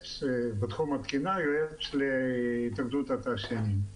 יועץ להתאחדות התעשיינים בתחום התקינה.